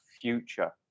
future